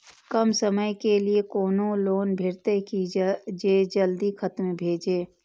कम समय के लीये कोनो लोन भेटतै की जे जल्दी खत्म भे जे?